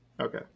Okay